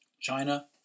China